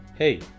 Hey